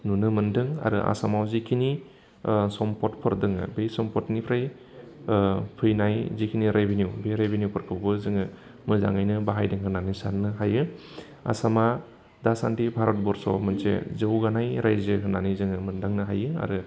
नुनो मोन्दों आरो आसामाव जिखिनि सम्पदफोर दङ बै सम्पदनिफ्राय फैनाय जिखिनि रेभेनिउ बे रेभेनिउफोरखौबो जोङो मोजाङैनो बाहायदों होननानै साननो हायो आसामा दासान्दि भारतबर्सआव मोनसे जौगानाय रायजो होननानै जोङो मोन्दांनो हायो आरो